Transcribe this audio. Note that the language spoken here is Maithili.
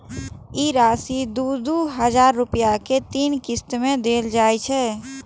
ई राशि दू दू हजार रुपया के तीन किस्त मे देल जाइ छै